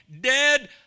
dead